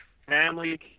family